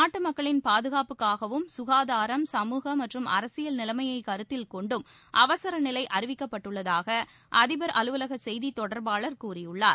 நாட்டு மக்களின் பாதுகாட்புக்காகவும் ககாதாரம் கமுக மற்றும் அரசியல் நிலைமையைக் கருத்தில் கொண்டும் அவசர நிலை அறிவிக்கப்பட்டுள்ளதாக அதிபர் அலுவலக செய்தித் தொடர்பாளர் கூறியுள்ளார்